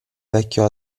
vecchio